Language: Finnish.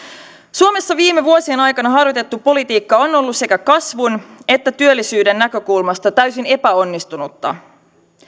suomessa viime vuosien aikana harjoitettu politiikka on ollut sekä kasvun että työllisyyden näkökulmasta täysin epäonnistunutta